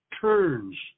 turns